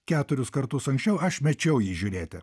keturis kartus anksčiau aš mečiau jį žiūrėti